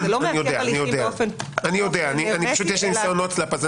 זה מעכב רק